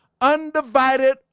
undivided